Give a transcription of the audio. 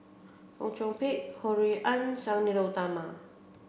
Fong Chong Pik Ho Rui An Sang Nila Utama